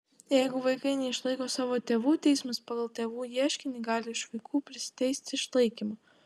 jeigu vaikai neišlaiko savo tėvų teismas pagal tėvų ieškinį gali iš vaikų priteisti išlaikymą